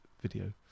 video